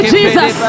Jesus